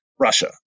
Russia